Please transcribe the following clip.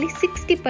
60%